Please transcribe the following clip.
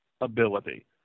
ability